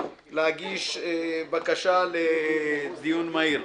להגיש בקשה לדיון מהיר.